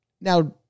Now